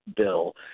bill